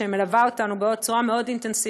שמלווה אותנו בצורה מאוד אינטנסיבית,